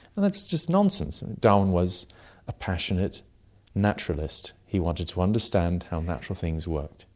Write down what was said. that's just nonsense. darwin was a passionate naturalist. he wanted to understand how natural things worked.